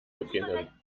beginnen